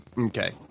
Okay